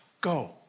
go